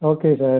okay sir